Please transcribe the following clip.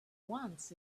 wants